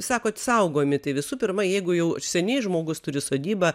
sakot saugomi tai visų pirma jeigu jau seniai žmogus turi sodybą